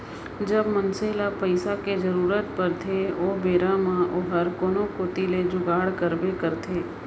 जब मनसे ल पइसा के जरूरत परथे ओ बेरा म ओहर कोनो कोती ले जुगाड़ करबे करथे